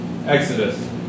Exodus